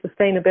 sustainability